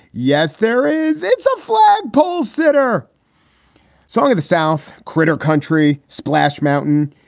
yes, there is. it's a flag pole sitter song of the south critter country splash mountain.